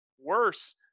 Worse